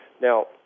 Now